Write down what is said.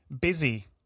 Busy